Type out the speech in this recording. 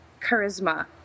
charisma